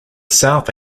south